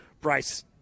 Bryce